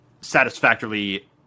satisfactorily